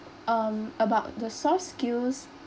um about the soft skills